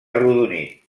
arrodonit